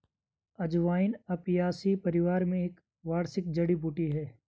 अजवाइन अपियासी परिवार में एक वार्षिक जड़ी बूटी है